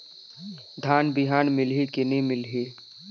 धान बिहान मिलही की नी मिलही?